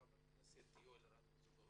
חבר הכנסת יואל רזבוזוב בבקשה.